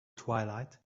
twilight